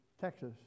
Texas